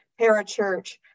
parachurch